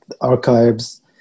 archives